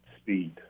speed